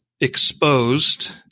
exposed